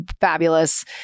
fabulous